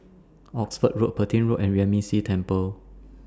Oxford Road Petain Road and Yuan Ming Si Temple